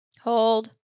Hold